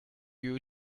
you